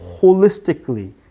holistically